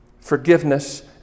Forgiveness